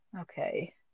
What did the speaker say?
Okay